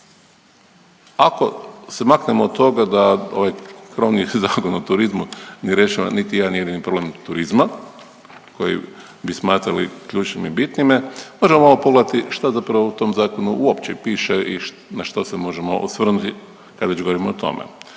Ako se maknemo od toga da ove promjene naravno u turizmu ne rješava niti jedan jedini problem turizma koji bi smatrali ključnim i bitnima, možemo malo pogledati šta zapravo u tom zakonu uopće piše i na što se možemo osvrnuti kad već govorimo o tome.